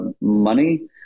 money